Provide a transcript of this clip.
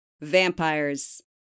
Vampires